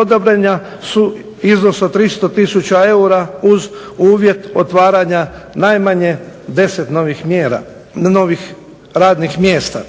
odobrena, su iznos od 300 tisuća eura uz uvjet otvaranja najmanje 10 novih radnih mjesta.